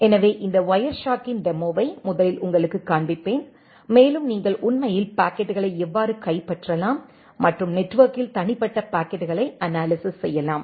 எனவே இந்த வயர்ஷார்க்கின் டெமோவை முதலில் உங்களுக்குக் காண்பிப்பேன் மேலும் நீங்கள் உண்மையில் பாக்கெட்டுகளை எவ்வாறு கைப்பற்றலாம் மற்றும் நெட்வொர்க்கில் தனிப்பட்ட பாக்கெட்டுகளை அனாலிசிஸ் செய்யலாம்